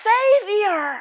Savior